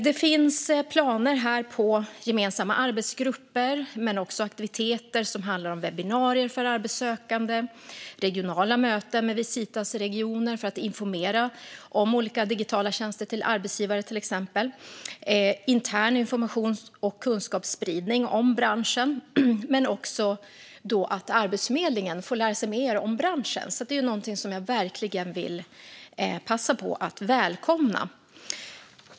Det finns planer på gemensamma arbetsgrupper, aktiviteter som webbinarier för arbetssökande, regionala möten med Visitas regioner för att informera om till exempel olika digitala tjänster till arbetsgivare, intern information och kunskapsspridning om branschen samt att Arbetsförmedlingen får lära sig mer om branschen. Detta är någonting som jag verkligen vill passa på att välkomna.